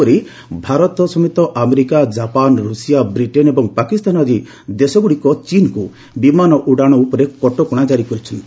ସେହିପରି ଭାରତ ସମେତ ଆମେରିକା କାପାନ ରୁଷିଆ ବ୍ରିଟେନ୍ ଓ ପାକିସ୍ତାନ ଆଦି ଦେଶଗୁଡ଼ିକ ଚୀନ୍କୁ ବିମାନ ଉଡାଶ ଉପରେ କଟକଶା ଜାରି କରିଛନ୍ତି